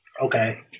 okay